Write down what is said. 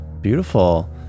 beautiful